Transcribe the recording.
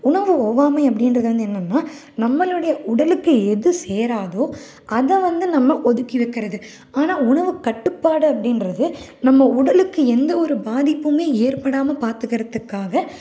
உணவு ஒவ்வாமை அப்படின்றது வந்து என்னன்னால் நம்மளுடைய உடலுக்கு எது சேராதோ அதை வந்து நம்ம ஒதுக்கி வைக்கிறது ஆனால் உணவு கட்டுப்பாடு அப்படின்றது நம்ம உடலுக்கு எந்த ஒரு பாதிப்புமே ஏற்படாமல் பார்த்துக்கறத்துக்காக